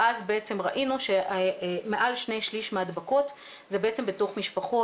ואז בעצם ראינו שמעל שני שליש מההדבקות זה בעצם בתוך משפחות,